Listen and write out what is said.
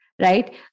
right